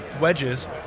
wedges